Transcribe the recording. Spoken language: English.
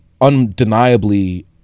undeniably